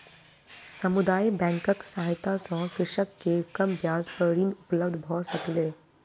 समुदाय बैंकक सहायता सॅ कृषक के कम ब्याज पर ऋण उपलब्ध भ सकलै